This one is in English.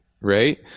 Right